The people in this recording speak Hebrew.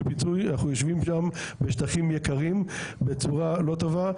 פיצוי אנחנו יושבים שם בשטחים יקרים בצורה לא טובה,